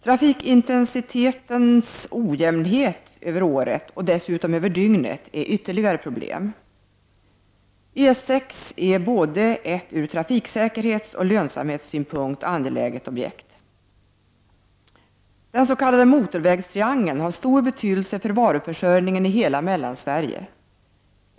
Trafikintensitetens ojämnhet över året och dessutom över dygnet är ytterligare problem. E 6 är ett ur både trafikoch lönsamhetssynpunkt angeläget objekt. Den s.k. motorvägstriangeln har stor betydelse för varuförsörjningen i hela Mellansverige.